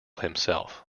himself